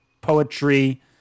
poetry